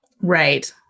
Right